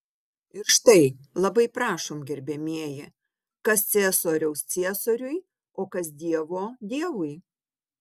ir štai labai prašom gerbiamieji kas ciesoriaus ciesoriui o kas dievo dievui